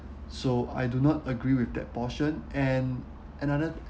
so I do not agree with that portion and another